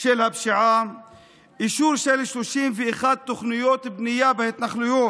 ככל שבתוך שבועיים לא מתקבלת החלטה על ידי ועדת הכלכלה